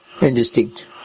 indistinct